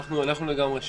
אנחנו לגמרי שם.